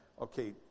okay